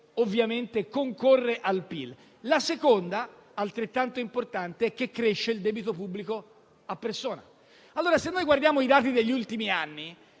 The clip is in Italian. ovviamente concorrono a definire il PIL; la seconda, altrettanto importante, è che cresce il debito pubblico a persona. Allora, se guardiamo i dati degli ultimi anni,